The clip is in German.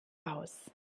aus